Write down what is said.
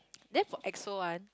then for EXO [one]